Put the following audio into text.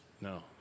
no